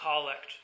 collect